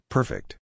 Perfect